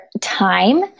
time